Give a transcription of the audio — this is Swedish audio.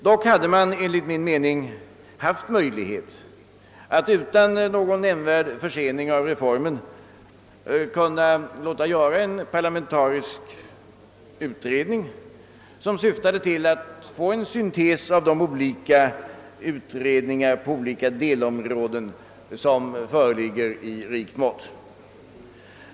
Dock hade man enligt min mening haft möjlighet att utan någon nämnvärd försening av reformen låta göra en parlamentarisk utredning med syfte att erhålla en syntes av de utredningar på olika delområden som föreligger i rikt mått.